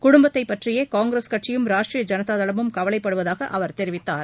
குடும்பத்தை பற்றியே காங்கிரஸ் கட்சியும் ராஷ்ட்ரிய ஜனதா தளமும் கவவைப்படுவதாக அவர் தெரிவித்தார்